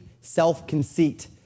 self-conceit